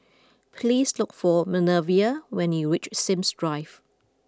please look for Minervia when you reach Sims Drive